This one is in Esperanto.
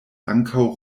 ankaŭ